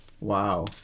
Wow